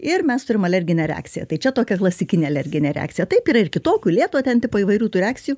ir mes turim alerginę reakciją tai čia tokia klasikinė alerginė reakcija taip yra ir kitokių lėto ten tipo įvairių tų reakcijų